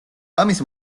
ამის